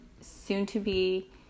soon-to-be